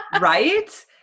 Right